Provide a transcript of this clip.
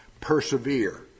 persevere